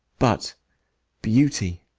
but beauty,